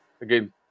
Again